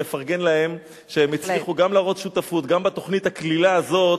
נפרגן להם שהם הצליחו גם להראות שותפות גם בתוכנית הקלילה הזאת,